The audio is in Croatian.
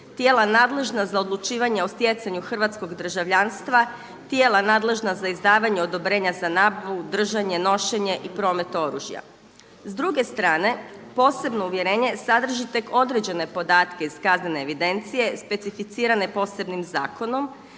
tijela nadležna za odlučivanje o stjecanju hrvatskog državljanstva, tijela nadležna za izdavanje odobrenja za nabavu, držanje, nošenje i promet oružja. S druge strane posebno uvjerenje sadrži tek određene podatke iz kaznene evidencije, specificirane posebnim zakonom,